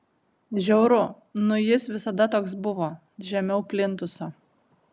žiauru nu jis visada toks buvo žemiau plintuso